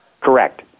Correct